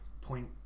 point